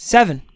Seven